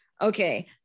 Okay